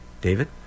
david